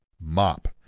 Mop